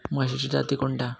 म्हशीच्या जाती कोणत्या?